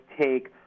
take